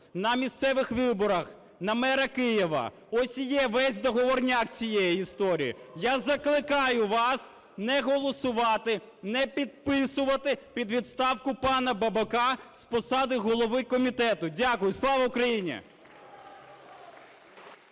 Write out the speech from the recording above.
на місцевих виборів на мера Києва. Ось і є весь договорняк цієї історії. Я закликаю вас не голосувати, не підписувати під відставку пана Бабака з посади голови комітету. Дякую. Слава Україні!